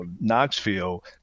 Knoxville